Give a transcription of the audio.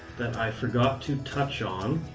that i forgot to touch on,